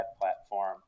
platform